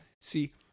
see